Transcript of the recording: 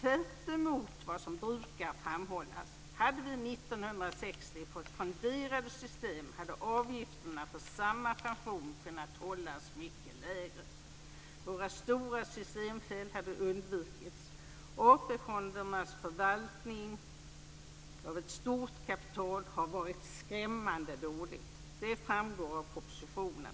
tvärtemot vad som brukar framhållas. Hade vi 1960 fått fonderade system hade avgifterna för samma pension kunnat hållas mycket lägre. Våra stora systemfel hade undvikits. AP-fondernas förvaltning av ett stort kapital har varit skrämmande dålig. Det framgår av propositionen.